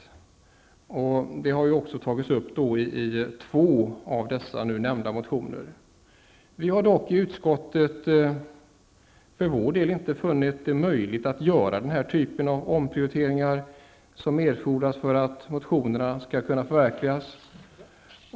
Förslag med denna inriktning förs också fram i två av de nu behandlade motionerna. Bostadsutskottet har dock för sin del inte funnit det möjligt att göra de omprioriteringar som erfordras för att de i motionerna aktualiserade förslagen skall kunna förverkligas.